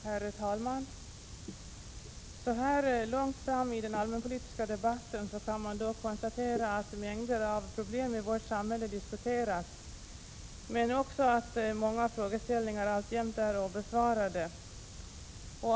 Herr talman! Så här långt fram i den allmänpolitiska debatten kan man konstatera att mängder av problem i vårt samhälle diskuterats men också att många frågeställningar alltjämt är obesvarade.